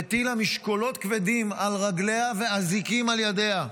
הטילה משקולות כבדים על רגליה ואזיקים על ידיה.